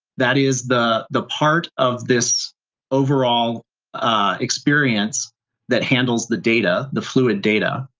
that is the the part of this overall experience that handles the data, the fluid data.